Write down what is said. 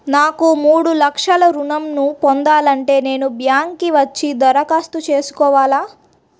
నాకు మూడు లక్షలు ఋణం ను పొందాలంటే నేను బ్యాంక్కి వచ్చి దరఖాస్తు చేసుకోవాలా?